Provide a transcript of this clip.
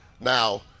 Now